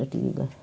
poster दिनु त